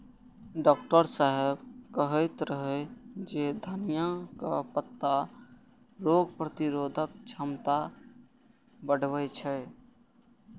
doctor साहेब कहैत रहै जे धनियाक पत्ता रोग प्रतिरोधक क्षमता बढ़बै छै